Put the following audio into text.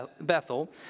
Bethel